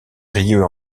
rieux